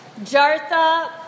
Jartha